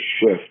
shift